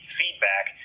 feedback